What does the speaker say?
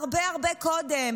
הרבה הרבה קודם,